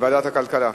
ועדת הכלכלה.